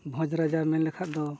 ᱵᱷᱚᱸᱡᱽ ᱨᱟᱡᱟ ᱢᱮᱱ ᱞᱮᱠᱷᱟᱱ ᱫᱚ